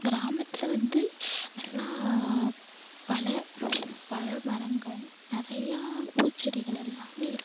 கிராமத்தில் வந்து நல்லா பல பழமரங்கள் நிறையா பூச்செடிகள் எல்லாம் இருக்கும்